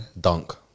Dunk